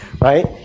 right